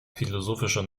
philosophischer